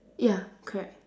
ya correct